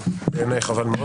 בעיניי חבל מאוד,